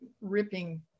ripping